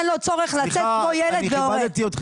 אין לו צורך לצאת כמו ילד והורה.